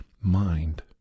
mind